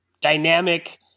dynamic